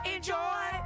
Enjoy